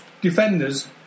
defenders